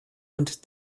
und